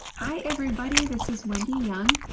hi everybody, this is wendy young,